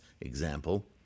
example